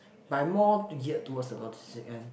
by more to geared towards the logistics end